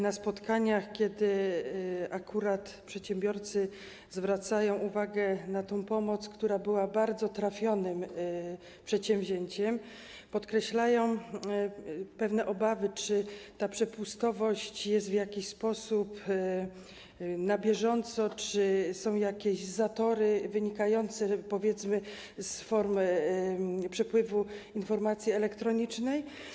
Na spotkaniach, kiedy akurat przedsiębiorcy zwracają uwagę na tę pomoc, która była bardzo trafionym przedsięwzięciem, podkreślają pewne obawy co do tego, czy ta przepustowość jest w jakiś sposób na bieżąco monitorowana, czy są jakieś zatory wynikające, powiedzmy, z formy przepływu informacji elektronicznej.